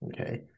Okay